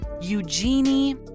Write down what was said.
Eugenie